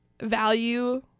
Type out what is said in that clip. value